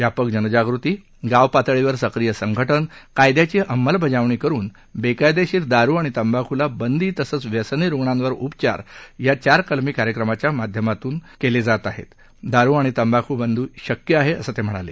व्यापक जनजागृती गाव पातळीवर सक्रीय संघटन कायद्याची अंमलबजावणी करून बेकायदेशीर दारू आणि तंबाखूला बंदी तसंच व्यसनी रुग्णांवर उपचार या चार कलमी कार्यक्रमांच्या माध्यमातून दारू आणि तंबाखू बंदी शक्य आहे असं ते म्हणाले